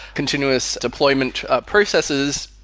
continuous deployment processes.